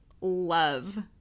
love